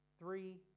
three